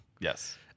Yes